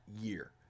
year